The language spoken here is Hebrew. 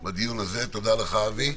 תודה לך, אבי.